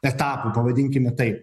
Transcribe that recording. etapų pavadinkime tai